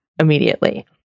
immediately